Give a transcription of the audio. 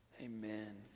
Amen